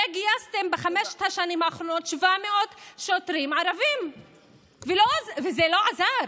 הרי גייסתם בחמש השנים האחרונות 700 שוטרים ערבים וזה לא עזר.